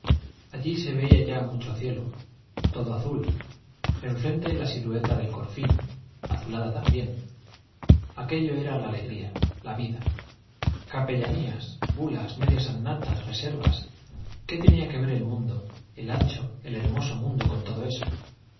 allí se veía ya mucho cielo todo azul enfrente la silueta del corfín azulada también aquello era la alegría la vida capellanías bulas medias annatas reservas qué tenía que ver el mundo el ancho el hermoso mundo con todo eso